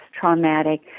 traumatic